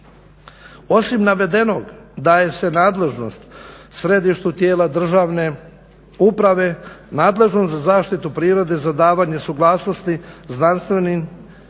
Osim navedenog daje se nadležnost središtu tijela državne uprave nadležno za zaštitu prirode za davanje suglasnosti znanstvenim i